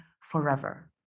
forever